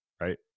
right